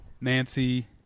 Nancy